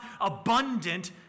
abundant